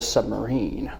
submarine